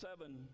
seven